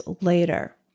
later